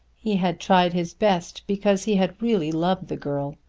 he had tried his best because he had really loved the girl.